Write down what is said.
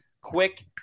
quick